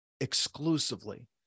exclusively